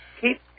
keep